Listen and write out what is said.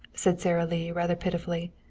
said sara lee rather pitifully.